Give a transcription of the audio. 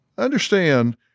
Understand